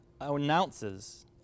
announces